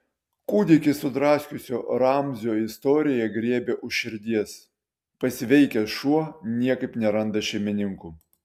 kūdikį sudraskiusio ramzio istorija griebia už širdies pasveikęs šuo niekaip neranda šeimininkų